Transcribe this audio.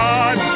God